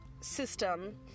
system